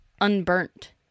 unburnt